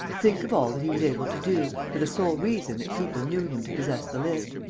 think of all that he was able to do, for the sole reason that people knew him to possess the list.